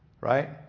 right